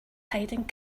hiding